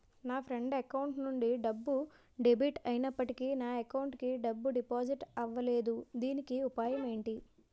నా friend account నుండి డబ్బు డెబిట్ అయినప్పటికీ నా అకౌంట్ కి డబ్బు డిపాజిట్ అవ్వలేదుదీనికి ఉపాయం ఎంటి?